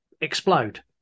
explode